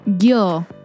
Yo